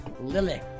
Lily